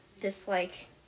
Dislike